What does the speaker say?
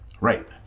Right